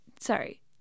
sorry